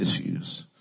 issues